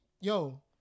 Yo